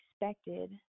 expected